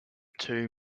two